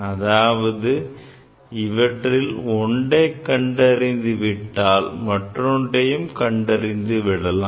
அதாவது இவற்றில் ஒன்றை கண்டறிந்துவிட்டால் மற்றொன்றையும் கண்டறிந்துவிடலாம்